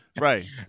right